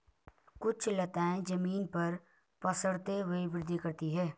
कुछ लताएं जमीन पर पसरते हुए वृद्धि करती हैं